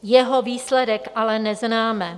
Jeho výsledek ale neznáme.